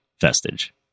vestige